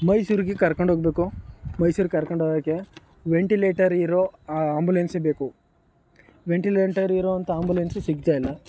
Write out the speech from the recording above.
ಮೈಸೂರಿಗೆ ಕರ್ಕೊಂಡೋಗಬೇಕು ಮೈಸೂರಿಗೆ ಕರ್ಕೊಂಡೋಗೋಕ್ಕೆ ವೆಂಟಿಲೇಟರ್ ಇರೋ ಆಂಬುಲೆನ್ಸೇ ಬೇಕು ವೆಂಟಿಲೇಟರ್ ಇರುವಂಥ ಆಂಬುಲೆನ್ಸು ಸಿಗ್ತಾಯಿಲ್ಲ